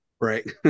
Right